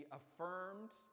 affirmed